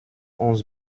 onze